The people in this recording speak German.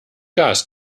gas